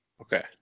Okay